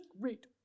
great